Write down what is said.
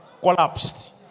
collapsed